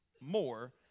more